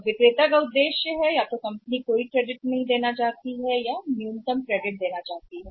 अब का उद्देश्य विक्रेता यह है कि कंपनी कोई क्रेडिट या न्यूनतम क्रेडिट देना चाहती है